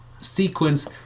Sequence